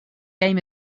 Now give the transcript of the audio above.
game